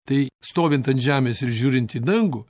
tai stovint ant žemės ir žiūrint į dangų